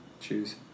choose